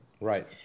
Right